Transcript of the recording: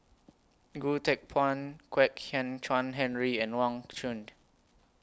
Goh Teck Phuan Kwek Hian Chuan Henry and Wang Chunde